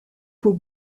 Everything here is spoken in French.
peau